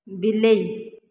ବିଲେଇ